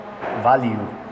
value